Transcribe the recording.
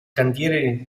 cantiere